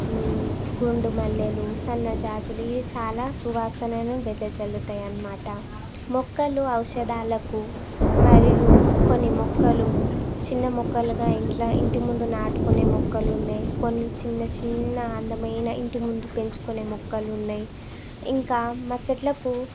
గుండుమల్లెలు సన్నజాజులు ఇది చాలా సువాసనను వెదజల్లుతాయి అన్నమాట మొక్కలు ఔషధాలకు మరియు కొన్ని మొక్కలు చిన్న మొక్కలుగా ఇంట్ల ఇంటి ముందు నాటుకునే మొక్కలున్నయి కొన్ని చిన్నచిన్న అందమైన ఇంటి ముందు పెంచుకునే మొక్కలున్నయి ఇంకా మా చెట్లకు